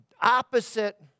opposite